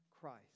Christ